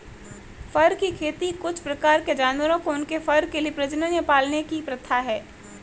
फर की खेती कुछ प्रकार के जानवरों को उनके फर के लिए प्रजनन या पालने की प्रथा है